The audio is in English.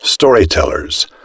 Storytellers